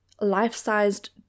life-sized